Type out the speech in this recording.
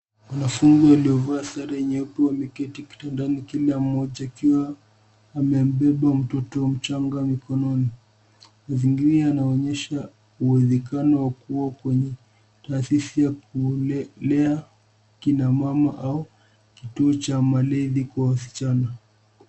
Wanafunzi waliovaa sare nyeupe wameketi kitandani kila mmoja akiwa amembeba mtoto mchanga mkononi. Mazingira yanaonyesha uwezekano wa kuwa kwenye taasisi inayoleta akina mama au kituo cha malezi kwa wasichana.